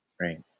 Right